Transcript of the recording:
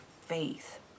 faith